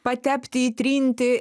patepti įtrinti